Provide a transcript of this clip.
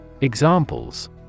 Examples